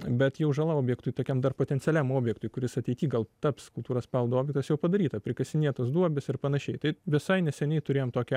bet jau žala objektui tokiam dar potencialiam objektui kuris ateity gal taps kultūros paveldo objektas jau padaryta prikasinėtos duobės ir panašiai tai visai neseniai turėjom tokį